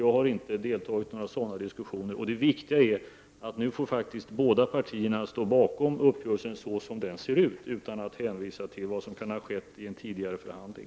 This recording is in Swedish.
Jag har inte deltagit i några sådana diskussioner. Det viktiga är att båda partierna nu får stå bakom uppgörelsen, så som den ser ut, utan att hänvisa till vad som kan ha skett i en tidigare förhandling.